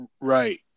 Right